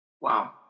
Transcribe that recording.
Wow